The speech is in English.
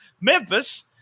Memphis